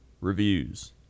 Reviews